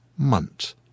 Munt